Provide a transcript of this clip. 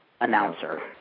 announcer